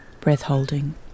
breath-holding